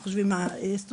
מה חושבים הסטודנטים.